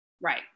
Right